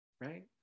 right